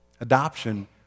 Adoption